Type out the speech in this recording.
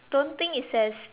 don't think it's as